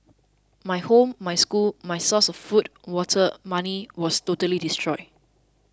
my home my school my source of food water money was totally destroyed